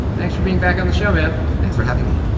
thanks for being back on the show, man thanks for having me